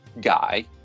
guy